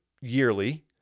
yearly